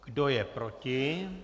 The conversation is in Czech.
Kdo je proti?